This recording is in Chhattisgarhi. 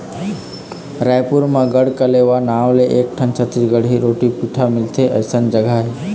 रइपुर म गढ़कलेवा नांव के एकठन छत्तीसगढ़ी रोटी पिठा मिलथे अइसन जघा हे